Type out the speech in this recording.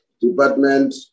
department